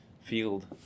field